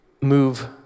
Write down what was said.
move